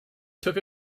took